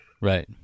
right